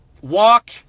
Walk